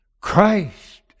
Christ